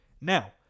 Now